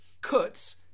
cuts